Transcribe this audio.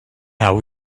now